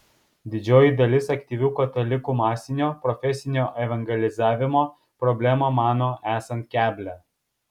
didžioji dalis aktyvių katalikų masinio profesinio evangelizavimo problemą mano esant keblią